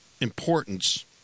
importance